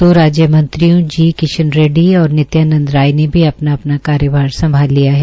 दो राज्यों मंत्रियों जी किशन रेडडी और नित्यानंद राय ने भी अपना अपना कार्यभार संभाल लिया है